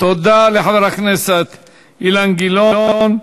תודה לחבר הכנסת אילן גילאון.